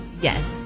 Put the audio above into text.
Yes